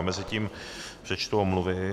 Mezitím přečtu omluvy.